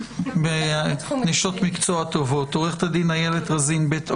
מינית, עורכת הדין איילת רזין בית אור,